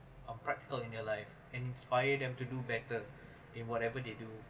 of practical in their life and inspire them to do better in whatever they do